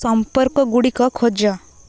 ସମ୍ପର୍କ ଗୁଡ଼ିକ ଖୋଜ